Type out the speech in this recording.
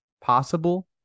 possible